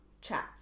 chats